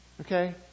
Okay